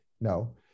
No